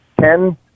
ten